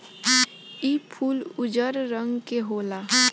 इ फूल उजर रंग के होला